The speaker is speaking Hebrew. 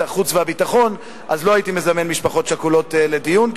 החוץ והביטחון לא הייתי מזמן משפחות שכולות לדיון,